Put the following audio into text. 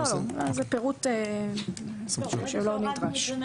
זה פירוט שלא נדרש.